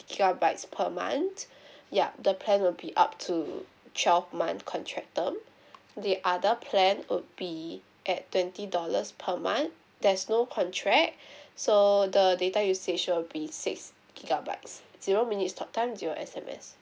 gigabites per month yup the plan will be up to twelve month contract term the other plan would be at twenty dollars per month there's no contract so the data usage would be six gigabytes zero minutes talk time zero S_M_S